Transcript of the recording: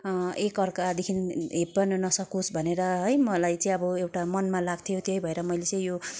एकअर्कादेखि हेपिन्न नसकोस् भनेर है मलाई चाहिँ अब एउटा मनमा लाग्थ्यो त्यही भएर मैले चाहिँ यो